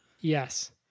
Yes